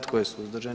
Tko je suzdržan?